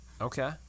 okay